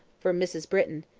from mrs. britton,